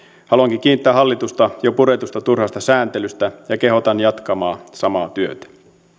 haluankin kiittää hallitusta jo puretusta turhasta sääntelystä ja kehotan jatkamaan samaa työtä